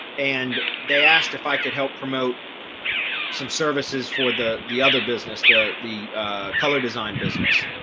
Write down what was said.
and they asked if i could help promote some services for the the other business the the color design business,